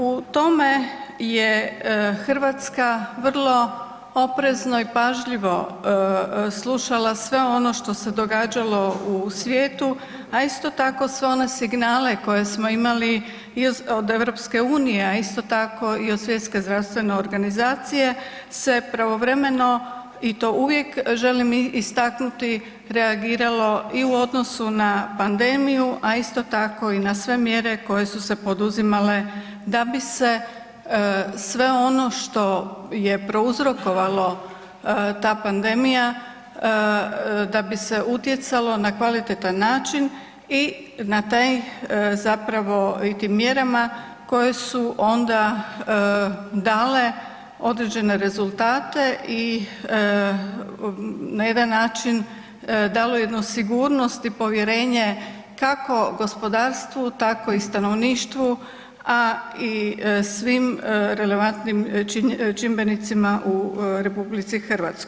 U tome je RH vrlo oprezno i pažljivo slušala sve ono što se događalo u svijetu, a isto tako sve one signale koje smo imali i od EU, a isto tako i od Svjetske zdravstvene organizacije se pravovremeno i to uvijek želim istaknuti reagiralo i u odnosu na pandemiju, a isto tako i na sve mjere koje su se poduzimale da bi se sve ono što je prouzrokovalo ta pandemija, da bi se utjecalo na kvalitetan način i na taj zapravo, i tim mjerama koje su onda dale određene rezultate i na jedan način dali jednu sigurnost i povjerenje kako gospodarstvu, tako i stanovništvu, a i svim relevantnim čimbenicima u RH.